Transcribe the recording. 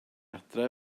adre